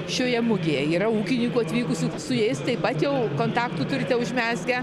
šioje mugėje yra ūkininkų atvykusių su jais taip pat jau kontaktų turite užmezgę